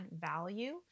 value